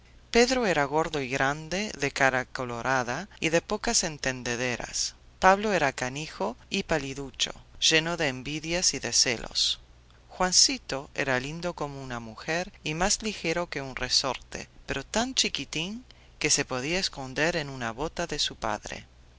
pedro era gordo y grande de cara colorada y de pocas entendederas pablo era canijo y paliducho lleno de envidias y de celos juancito era lindo como una mujer y más ligero que un resorte pero tan chiquitín que se podía esconder en una bota de su padre